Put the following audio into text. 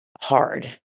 hard